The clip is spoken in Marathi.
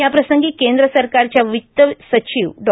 याप्रसंगी केंद्र सरकारच्या वित्त सचिव डॉ